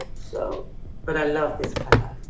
so but i love this color.